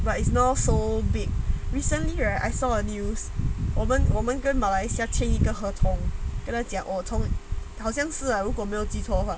but is now so big recently right I saw a news 我们我们跟马来西亚签一个合同给他讲 oh 好像是啊没有记错的话